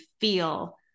feel